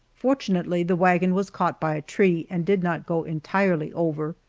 fortunately the wagon was caught by a tree and did not go entirely over,